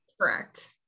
correct